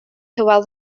hywel